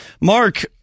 Mark